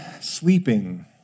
sleeping